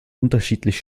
unterschiedlich